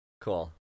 cool